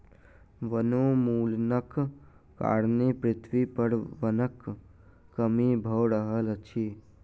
वनोन्मूलनक कारणें पृथ्वी पर वनक कमी भअ रहल अछि